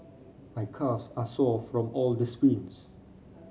my calves are sore from all the sprints